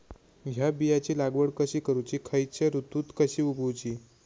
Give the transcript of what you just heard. हया बियाची लागवड कशी करूची खैयच्य ऋतुत कशी उगउची?